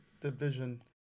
division